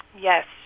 Yes